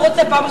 זה פה,